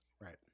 Right